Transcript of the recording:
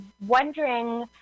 wondering